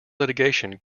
litigation